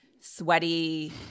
sweaty